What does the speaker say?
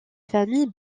famille